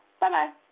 Bye-bye